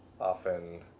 often